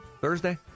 Thursday